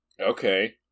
Okay